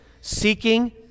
seeking